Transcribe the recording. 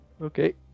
Okay